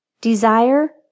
Desire